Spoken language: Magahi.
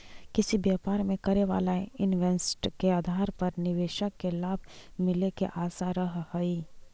किसी व्यापार में करे वाला इन्वेस्ट के आधार पर निवेशक के लाभ मिले के आशा रहऽ हई